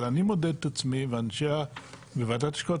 אבל אני מודד את עצמי וועדת ההשקעות